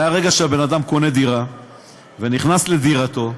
מהרגע שבן אדם קונה דירה ונכנס לדירתו,